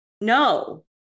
No